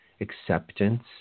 Acceptance